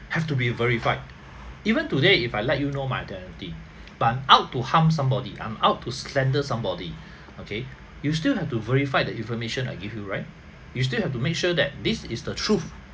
have to be verified even today if I let you know my identity but out to harm somebody I'm out to slander somebody okay you still have to verify the information I give you right you still have to make sure that this is the truth